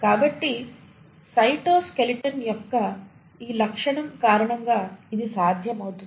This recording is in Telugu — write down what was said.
కాబట్టి సైటోస్కెలిటన్ యొక్క ఈ లక్షణం కారణంగా ఇది సాధ్యమవుతుంది